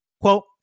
Quote